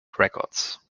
records